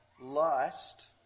lust